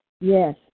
Yes